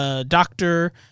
doctor